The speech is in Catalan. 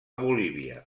bolívia